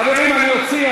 חברים, אני אוציא.